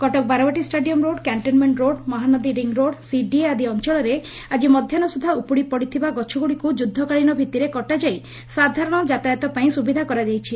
Cuttack Barabati stadium road cantonment road Mahanadi ring road CDA ଆଦି ଅଞ୍ଚଳରେ ଆକି ମଧ୍ଧାହୁ ସୁଦ୍ଧା ଉପୁଡ଼ି ପଡ଼ିଥିବା ଗଛଗୁଡ଼ିକୁ ଯୁଦ୍ଧକାଳୀନ ଭିତିରେ କଟାଯାଇ ସାଧାରଣ ଯାତାୟତପାଇଁ ସୁବିଧା କରାଯାଇଛି